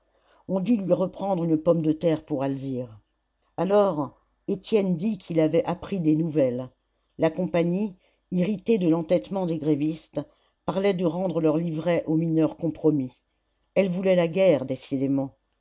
on dut lui reprendre une pomme de terre pour alzire alors étienne dit qu'il avait appris des nouvelles la compagnie irritée de l'entêtement des grévistes parlait de rendre leurs livrets aux mineurs compromis elle voulait la guerre